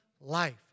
life